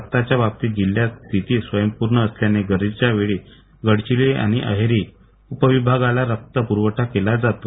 रक्ताच्या बाबतीत जिल्ह्याची स्थिती स्वयंपूर्ण असल्यानं गरजेच्या वेळी गडचिरोली आणि अहेरी उपविभागालाही रक्त पुरवठा केला जातो